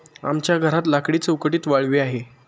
आमच्या घरात लाकडी चौकटीत वाळवी आहे